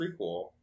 prequel